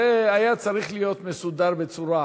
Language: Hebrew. זה היה צריך להיות מסודר בצורה אחרת,